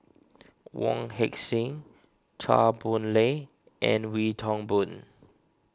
Wong Heck Sing Chua Boon Lay and Wee Toon Boon